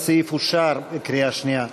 הסעיף אושר בקריאה שנייה.